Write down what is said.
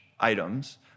items